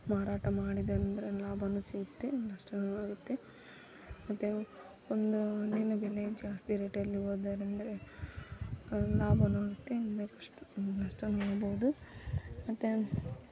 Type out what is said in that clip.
ಮಾರಾಟ ಮಾಡಿದ್ದಂದ್ರೆ ಲಾಭವೂ ಸಿಗುತ್ತೆ ನಷ್ಟನು ಆಗುತ್ತೆ ಮತ್ತು ಒಂದು ಹಣ್ಣಿನ ಬೆಲೆ ಜಾಸ್ತಿ ರೇಟಲ್ಲಿ ಹೋದರಂದ್ರೆ ಲಾಭವೂ ಆಗುತ್ತೆ ಮುಂದೆ ಕಷ್ಟ ನಷ್ಟವೂ ಆಗ್ಬೋದು ಮತ್ತು